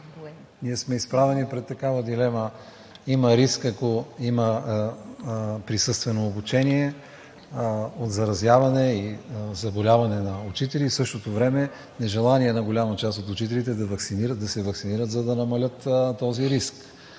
Ние сме изправени пред такава дилема – има риск, ако има присъствено обучение, от заразяване и заболяване на учители, и в същото време нежелание на голяма част от учителите да се ваксинират, за да намалят този риск.